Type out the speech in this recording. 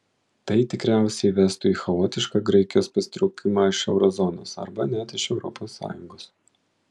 tai tikriausiai vestų į chaotišką graikijos pasitraukimą iš euro zonos arba net iš europos sąjungos